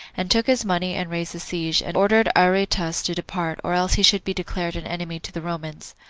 and took his money, and raised the siege, and ordered aretas to depart, or else he should be declared an enemy to the romans.